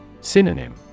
Synonym